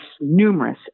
numerous